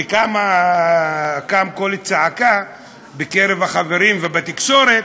וקם קול צעקה בקרב החברים ובתקשורת,